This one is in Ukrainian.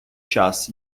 час